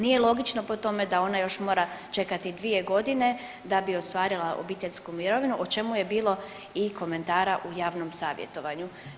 Nije logično po tome da ona još mora čekati 2.g. da bi ostvarila obiteljsku mirovinu, o čemu je bilo i komentara u javnom savjetovanju.